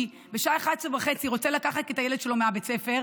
בשעה 11:30 הוא רוצה לקחת את הילד שלו מבית הספר,